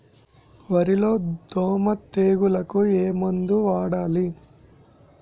వరిలో దోమ తెగులుకు ఏమందు వాడాలి?